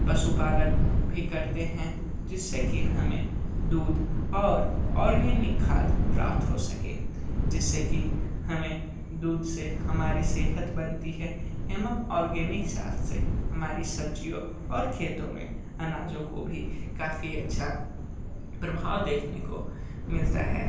पशुपालन भी करते हैं जिससे की हमें दूध और ऑर्गेनिक खाद प्राप्त हो सके जिससे की हमें दूध से हमारी सेहत बनती है एवं ऑर्गेनिक से हमारी सब्जियों और खेतों में अनाजों को भी काफ़ी अच्छा प्रभाव देखने को मिलता है